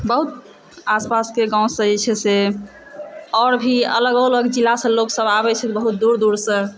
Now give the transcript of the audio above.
बहुत आसपासके गाँवसँ जे छै से आओर भी अलगो अलग जिलासँ लोक सब आबैत छथि बहुत दूर दूर सँ